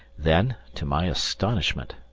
then, to my astonishment,